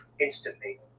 instantly